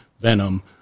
Venom